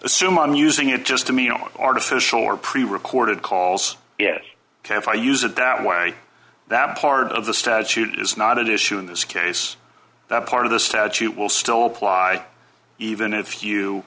assume i'm using it just to mean on artificial or pre recorded calls yes ok if i use it that way that part of the statute is not at issue in this case that part of the statute will still apply even if you